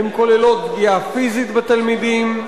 הן כוללות פגיעה פיזית בתלמידים,